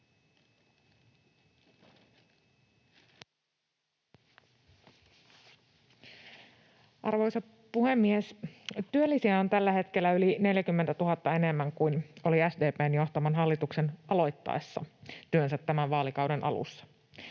Arvoisa puhemies! Työllisiä on tällä hetkellä yli 40 000 enemmän kuin oli SDP:n johtaman hallituksen aloittaessa työnsä tämän vaalikauden alussa.